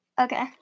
Okay